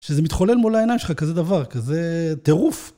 שזה מתחולל מול העיניים שלך כזה דבר, כזה טירוף.